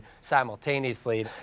simultaneously